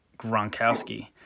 Gronkowski